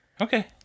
okay